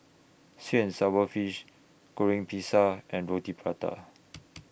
Sweet and Sour Fish Goreng Pisang and Roti Prata